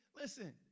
listen